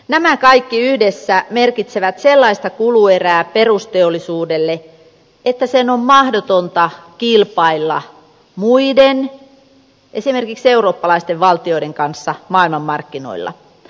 nämä kaikki yhdessä merkitsevät sellaista kuluerää perusteollisuudelle että sen on mahdotonta kilpailla muiden esimerkiksi eurooppalaisten valtioiden kanssa maailmanmarkkinoilla